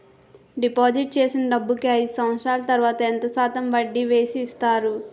Deposit చేసిన డబ్బుకి అయిదు సంవత్సరాల తర్వాత ఎంత శాతం వడ్డీ వేసి ఇస్తారు?